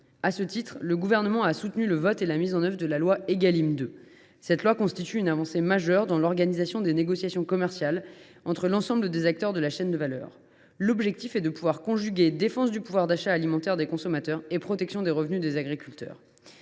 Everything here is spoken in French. À ce titre, le Gouvernement a soutenu le vote et la mise en œuvre de la loi Égalim 2, qui a constitué une avancée majeure dans l’organisation des négociations commerciales entre l’ensemble des acteurs de la chaîne de valeur. L’objectif est de pouvoir conjuguer défense du pouvoir d’achat alimentaire des consommateurs et protection des revenus des agriculteurs.